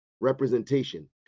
representation